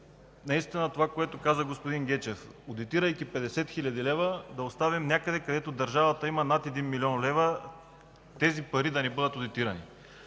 отделим – това, което каза господин Гечев, одитирайки 50 хил. лв., да оставим някъде, където държавата има над 1 млн. лева – тези пари да не бъдат одитирани.